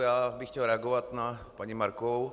Já bych chtěl reagovat na paní Markovou.